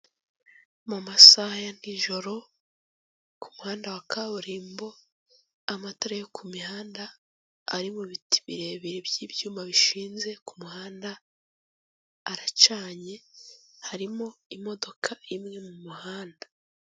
Mu masaha ya nijoro, ku muhanda wa kaburimbo, amatara yo ku mIhanda, ari mu biti birebire by'ibyuma bishinze ku muhanda, aracanye; harimo imodoka imwe mu muhanda.